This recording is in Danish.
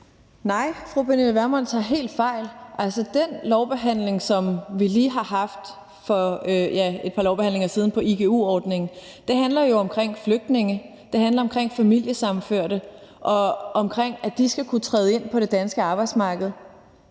Nej, fru Pernille Vermund tager helt fejl. Altså, den lovbehandling, som vi lige har haft for et par lovbehandlinger siden på igu-ordningen, handler jo om flygtninge og familiesammenførte og om, at de skal kunne træde ind på det danske arbejdsmarked.